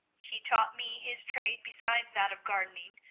he taught me his trade besides that of gardening,